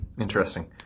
Interesting